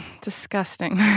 Disgusting